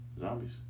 zombies